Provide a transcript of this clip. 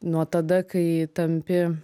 nuo tada kai tampi